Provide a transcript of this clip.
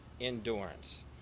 endurance